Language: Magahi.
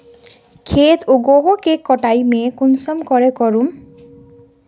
खेत उगोहो के कटाई में कुंसम करे करूम?